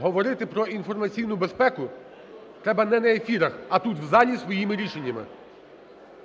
говорити про інформаційну безпеку треба не на ефірах, а тут, в залі, своїми рішеннями.